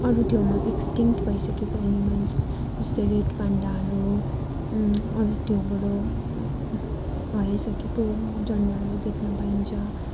अरू ठाउँमा एक्सटिङ्क्ट भइसकेको एनिमल्स जस्तै रेड पान्डाहरू अरू ठाउँबाट हराइसकेको जनवारहरू देख्न पाइन्छ